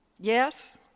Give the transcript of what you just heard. Yes